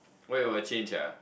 why you wanna change ah